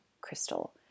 Crystal